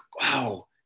wow